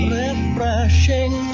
refreshing